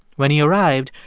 when he arrived,